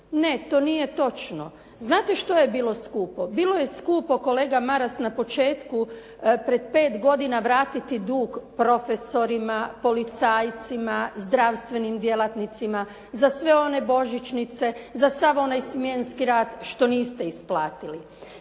Ne, to nije točno. Znate što je bilo skupo? Bilo je skupo kolega Maras na početku pred pet godina vratiti dug profesorima, policajcima, zdravstvenim djelatnicima za sve one božićnice, za sav onaj smjenski rad što niste isplatili.